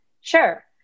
Sure